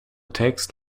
text